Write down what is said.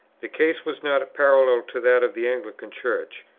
the case was not parallel to that of the anglican church.